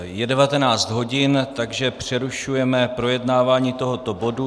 Je 19 hodin, takže přerušujeme projednávání tohoto bodu.